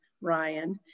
Ryan